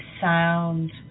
sound